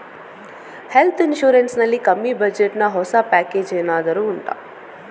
health insurance ನಲ್ಲಿ ಕಮ್ಮಿ budget ನ ಹೊಸ ಪ್ಯಾಕೇಜ್ ಏನಾದರೂ ಉಂಟಾ